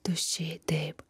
tuščiai taip